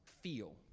feel